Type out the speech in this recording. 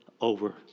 over